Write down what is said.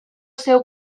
seu